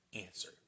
answer